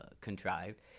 contrived